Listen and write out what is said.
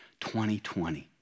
2020